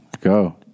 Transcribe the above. go